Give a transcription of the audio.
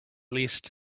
least